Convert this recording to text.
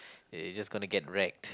it it's just gonna get wrecked